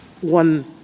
one